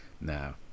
now